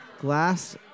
Glass